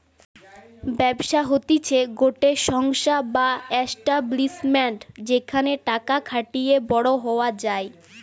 ব্যবসা হতিছে গটে সংস্থা বা এস্টাব্লিশমেন্ট যেখানে টাকা খাটিয়ে বড়ো হওয়া যায়